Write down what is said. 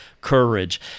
courage